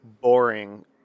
boring